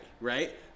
Right